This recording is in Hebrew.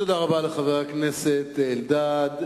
תודה רבה לחבר הכנסת אלדד.